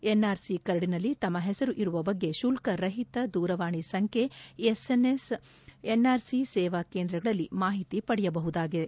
NRC ಕರಡಿನಲ್ಲಿ ತಮ್ಮ ಹೆಸರು ಇರುವ ಬಗ್ಗೆ ಶುಲ್ತ ರಹಿತ ದೂರವಾಣಿ ಸಂಖ್ಯೆ ಎಸ್ಎನ್ಎಸ್ ಎನ್ಆರ್ಸಿ ಸೇವಾ ಕೇಂದ್ರಗಳಲ್ಲಿ ಮಾಹಿತಿ ಪಡೆಯಬಹುದಾಗಿದೆ